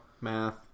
Math